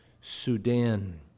Sudan